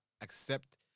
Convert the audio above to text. accept